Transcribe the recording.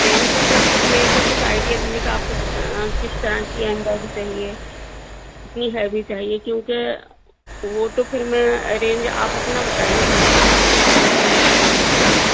range کا تو actually ہے کہ کچھ آئیڈیا دیجیے کہ آپ کو کس طرح کی ایمبرائڈری چاہیے کتنی ہیوی چاہیے کیونکہ وہ تو پھر میں رینج آپ اپنا بتائیے بجٹ کہ آپ کس بجٹ میں مجھ سے لینا چاہیں گی